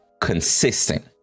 consistent